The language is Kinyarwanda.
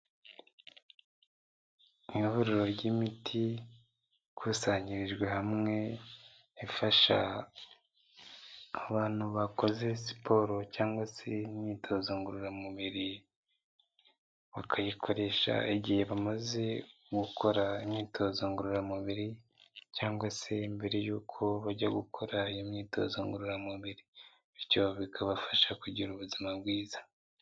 Mu ihuriro ry'imiti ikusanyirijwe hamwe ifasha abantu bakoze siporo cyangwa se imyitozo ngororamubiri, bakayikoresha igihe bamaze gukora imyitozo ngororamubiri cyangwa se mbere yuko bajya gukora imyitozo ngororamubiri bityo bikabafasha kugira ubuzima bwiza.